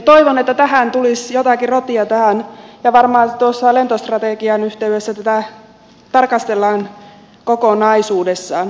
toivon että tulisi jotakin rotia tähän ja varmaan tuossa lentostrategian yhteydessä tätä tarkastellaan kokonaisuudessaan